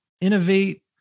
innovate